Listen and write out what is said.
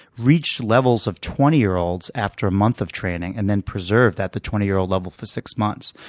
reached levels of twenty year olds after a month of training, and then preserved at the twenty year old level for six months.